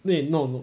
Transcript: wait no no